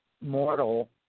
mortal